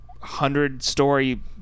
hundred-story